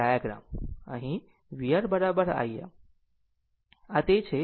આમ અહીં vR i R